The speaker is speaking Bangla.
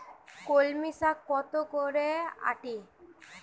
কলমি শাখ কত করে আঁটি?